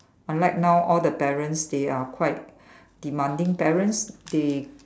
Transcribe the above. unlike now all the parents they are quite demanding parents they